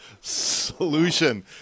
solution